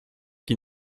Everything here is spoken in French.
qui